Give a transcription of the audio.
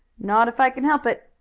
not if i can help it,